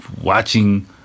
watching